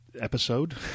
episode